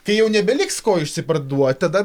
kai jau nebeliks ko išsiparduot tada